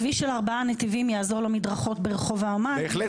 כביש של ארבעה נתיבים יעזרו למדרכות ברחוב האומן?